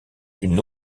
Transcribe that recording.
une